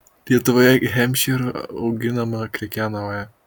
lietuvoje hempšyrų auginama krekenavoje